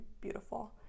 beautiful